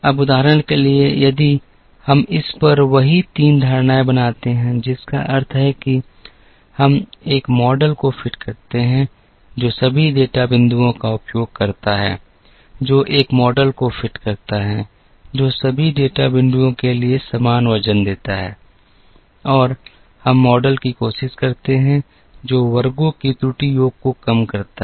अब उदाहरण के लिए यदि हम इस पर वही 3 धारणाएँ बनाते हैं जिसका अर्थ है कि हम एक मॉडल को फिट करते हैं जो सभी डेटा बिंदुओं का उपयोग करता है जो एक मॉडल को फिट करता है जो सभी डेटा बिंदुओं के लिए समान वजन देता है और हम मॉडल की कोशिश करते हैं जो वर्गों की त्रुटि योग को कम करता है